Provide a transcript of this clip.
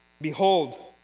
Behold